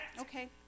Okay